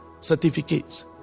certificates